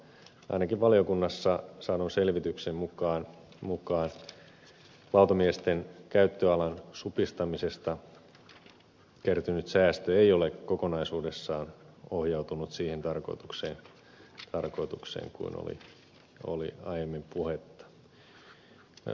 ainakin valiokunnassa saadun selvityksen mukaan lautamiesten käyttöalan supistamisesta kertynyt säästö ei ole kokonaisuudessaan ohjautunut siihen tarkoitukseen mistä oli aiemmin puhetta